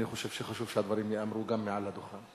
אני חושב שחשוב שהדברים ייאמרו גם מעל הדוכן.